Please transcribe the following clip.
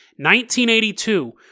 1982